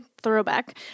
throwback